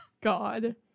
God